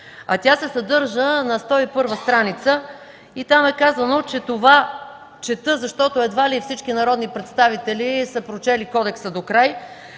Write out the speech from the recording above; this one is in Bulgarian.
Тя се съдържа на страница 101 и там е казано – чета, защото едва ли всички народни представители са прочели Кодекса докрай,